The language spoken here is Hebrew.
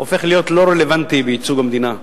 הוא הופך להיות לא רלוונטי בייצוג המדינה.